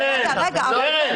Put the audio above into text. רגע,